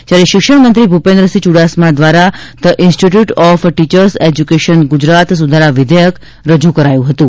જ્યારે શિક્ષણ મંત્રી ભૂપેન્દ્રસિંહ ચુડાસમા દ્વારા the institute of teacher education Gujarat સુધારા વિધેયક રજૂ કરાયું હતું